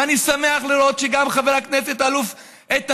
ואני שמח לראות שגם חבר הכנסת האלוף איל